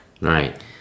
Right